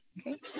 okay